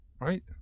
right